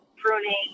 pruning